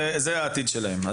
זה העתיד שלהם.